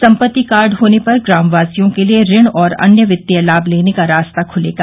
संपत्ति कार्ड होने पर ग्रामवासियों के लिए ऋण और अन्य वित्तीय लाभ लेने का रास्ता खुलेगा